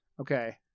Okay